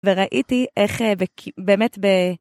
וראיתי איך באמת ב...